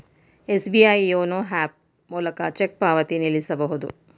SBI YONO app ಮೂಲಕ cheque ಪಾವತಿ ನಿಲ್ಲಿಸಬಹುದು